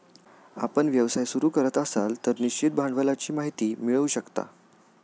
आपण व्यवसाय सुरू करत असाल तर निश्चित भांडवलाची माहिती मिळवू शकता